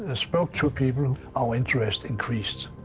ah spoke to people our interest increased.